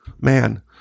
man